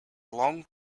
long